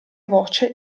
voce